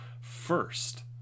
first